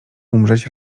umrzeć